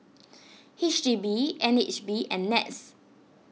H D B N H B and Nets